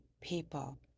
people